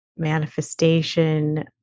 manifestation